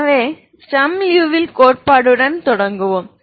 எனவே ஸ்டர்ம் லியூவில் கோட்பாட்டுடன் தொடங்குவோம்